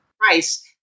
price